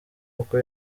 uko